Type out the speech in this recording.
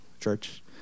church